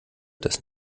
das